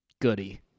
Goody